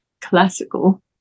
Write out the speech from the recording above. classical